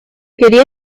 quería